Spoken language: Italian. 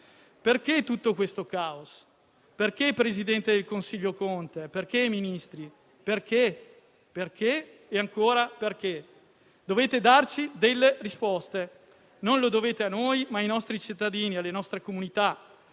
Perché tutto questo caos? Perché, signor presidente del Consiglio Conte? Perché, signori Ministri? Perché, perché e ancora perché? Dovete darci delle risposte. Non lo dovete a noi, ma ai nostri cittadini, alle nostre comunità